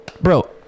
bro